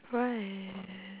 why